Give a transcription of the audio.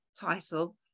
title